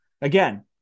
Again